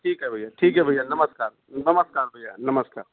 ठीक है भइया ठीक है भइया नमस्कार नमस्कार भइया नमस्कार